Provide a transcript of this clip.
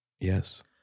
Yes